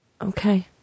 Okay